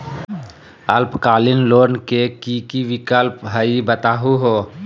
अल्पकालिक लोन के कि कि विक्लप हई बताहु हो?